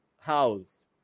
house